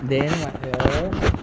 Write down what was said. then what else